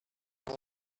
were